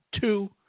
two